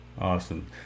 Awesome